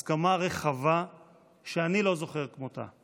הסכמה רחבה שאני לא זוכר כמותה.